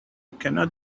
cannot